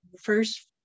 first